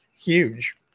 huge